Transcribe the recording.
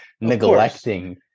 neglecting